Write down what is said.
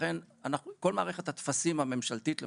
לכן כל מערכת הטפסים הממשלתית למשל,